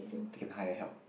they can hire help